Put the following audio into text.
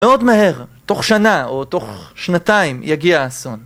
מאוד מהר, תוך שנה או תוך שנתיים יגיע האסון.